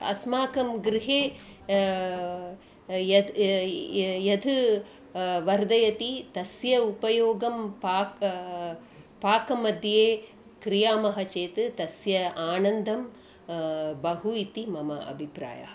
अस्माकं गृहे यत् य य यतः वर्धयति तस्य उपयोगं पाक् पाकमध्ये क्रियामः चेत् तस्य आनन्दः बहु इति मम अभिप्रायः